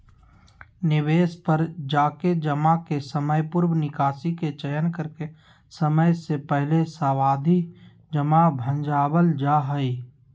निवेश पर जाके जमा के समयपूर्व निकासी के चयन करके समय से पहले सावधि जमा भंजावल जा हय